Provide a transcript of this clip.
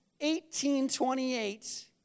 1828